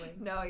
no